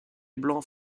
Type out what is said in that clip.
blanc